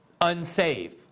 unsafe